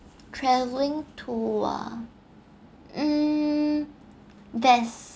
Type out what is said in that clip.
travelling to ah um there's